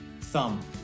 thumb